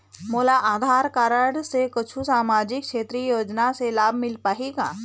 मोला आधार कारड से कुछू सामाजिक क्षेत्रीय योजना के लाभ मिल पाही का?